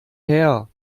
her